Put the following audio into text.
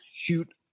shoot